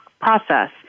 process